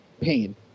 pain